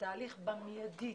התהליך, במיידי